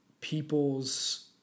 people's